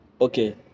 okay